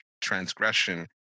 transgression